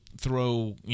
throw